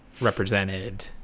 represented